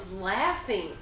laughing